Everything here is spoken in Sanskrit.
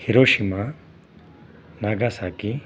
Hiroshima Nagasaki